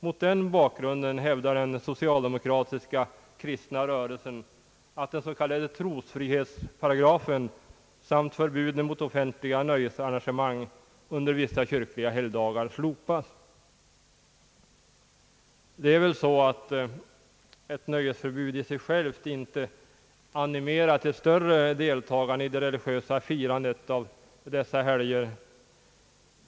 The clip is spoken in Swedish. Mot den bakgrunden hävdar den socialdemokratiska kristna rörelsen, att den s.k. trosfrihetsparagrafen samt förbud mot offentliga nöjesarrangemang under vissa kyrkliga helgdagar slopas. Ett nöjesförbud animerar i sig självt inte till större deltagande i det religiösa firandet av dessa helger.